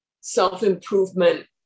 self-improvement